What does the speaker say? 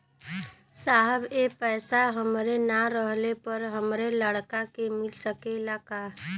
साहब ए पैसा हमरे ना रहले पर हमरे लड़का के मिल सकेला का?